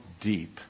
deep